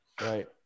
Right